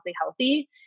healthy